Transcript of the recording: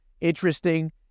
Interesting